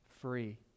Free